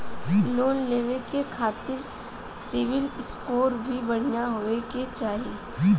Loan लेवे के खातिन सिविल स्कोर भी बढ़िया होवें के चाही?